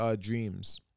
dreams